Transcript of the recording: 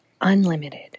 unlimited